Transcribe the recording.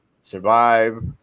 survive